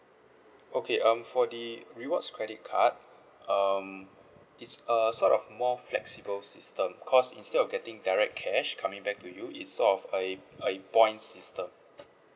okay um for the rewards credit card um it's uh sort of more flexible system cause instead of getting direct cash coming back to you it's sort of a a point system